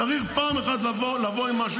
צריך פעם אחת לבוא עם משהו.